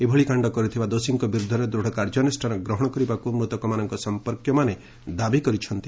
ଏଭଳି କାଶ୍ଡ କରିଥିବା ଦୋଷୀଙ୍କ ବିରୁଦ୍ଧରେ ଦୂଢ କାଯା୍ୟନୁଷ୍ଟାନ ଗ୍ରହଶ କରିବାକୁ ମୃତକ ମାନଙ୍କ ସଂପର୍କିୟ ଦାବୀ କରିଛନ୍ତି